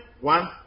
one